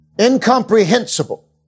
incomprehensible